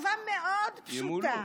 התשובה מאוד פשוטה.